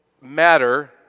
matter